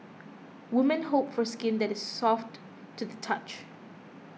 women hope for skin that is soft to the touch